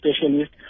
specialist